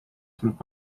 tuleb